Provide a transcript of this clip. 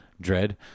Dread